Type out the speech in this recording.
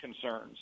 concerns